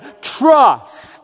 trust